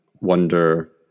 wonder